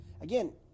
again